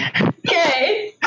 Okay